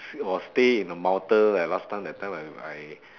or stay in the mountain like last time that time when I